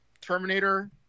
Terminator